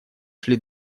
шли